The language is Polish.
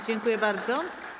Dziękuję bardzo.